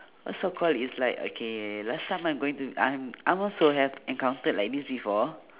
cause so called it's like okay last time I'm going to I'm I'm also have encountered like this before